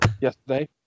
yesterday